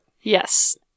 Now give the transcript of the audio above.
Yes